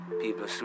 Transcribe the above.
People